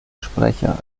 sprecher